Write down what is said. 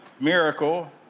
miracle